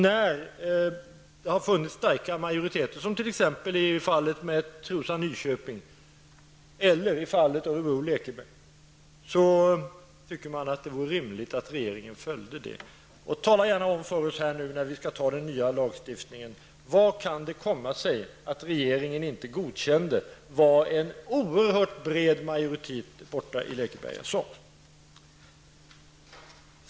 När det har funnits starka majoriteter för en återgång, t.ex. som i fallet med Trosa--Nyköping eller Örebro--Lekeberga tycker man att det vore rimligt att regeringen följde majoriteten. Tala gärna om för oss här, när vi skall fatta beslut om den nya lagstiftningen, hur det kan komma sig att regeringen inte godkände vad en oerhört bred majoritet i Lekeberga sade.